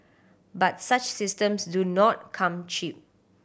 but such systems do not come cheap